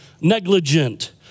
negligent